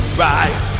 right